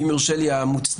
ואם יורשה לי המוצדק,